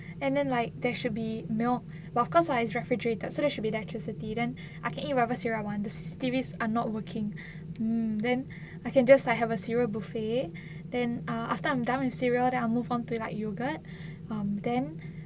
and then like there should be milk well of course lah is refrigerated so there should be the electrocity than I can eat whatever cereal I want the C_C_T_V are not working hmm then I can just like have a cereal buffet then uh after I am done with cereal then I will move on to like yogurt um then